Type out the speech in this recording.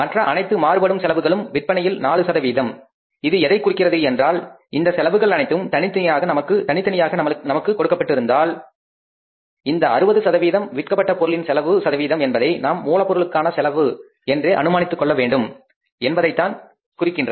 மற்ற அனைத்து மாறுபடும் செலவுகளும் விற்பனையில் 4 இது எதைக் குறிக்கிறது என்றால் இந்த செலவுகள் அனைத்தும் தனித்தனியாக நமக்கு கொடுக்கப்பட்டிருந்தால் இந்த 60 விற்கப்பட்ட பொருளின் செலவு சதவீதம் என்பதை நாம் மூலப்பொருளான செலவு என்றே அனுமானித்துக் கொள்ள வேண்டும் என்பதைத்தான் குறிக்கின்றது